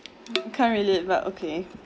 can't relate but okay